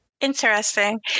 Interesting